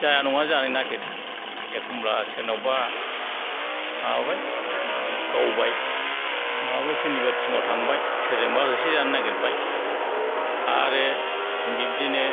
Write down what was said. जाया नङा जानो नागिरो एखनब्ला सोरनावबा माबाबाय गावबाय माबाबाय सोरनिबा थिंआव थांबाय सोरजोंबा होसो जानो नागिरबाय आरो बिब्दिनो